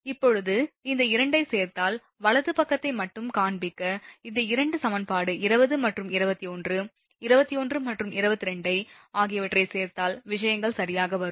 இப்போது இந்த 2 ஐ சேர்த்தால் வலது பக்கத்தை மட்டும் காண்பிக்க இந்த 2 சமன்பாடு 20 மற்றும் 21 21 மற்றும் 22 ஆகியவற்றைச் சேர்த்தால் விஷயங்கள் சரியாக வரும்